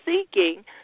seeking